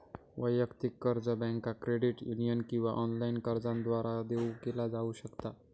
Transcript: वैयक्तिक कर्ज बँका, क्रेडिट युनियन किंवा ऑनलाइन कर्जदारांद्वारा देऊ केला जाऊ शकता